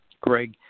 Greg